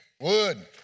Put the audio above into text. wood